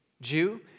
Jew